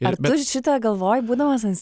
ar tu šitą galvoji būdamas ant